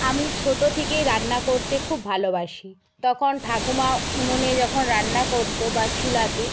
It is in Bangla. আমি ছোটো থেকেই রান্না করতে খুব ভালোবাসি তখন ঠাকুমা উনোনে যখন রান্না করতো বা চুলাতে